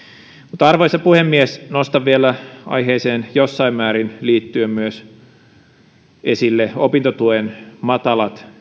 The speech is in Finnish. mutta arvoisa puhemies nostan vielä aiheeseen jossain määrin liittyen esille opintotuen matalat